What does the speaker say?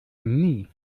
nie